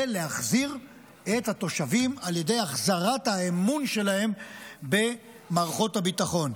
ולהחזיר את התושבים על ידי החזרת האמון שלהם במערכות הביטחון.